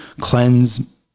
cleanse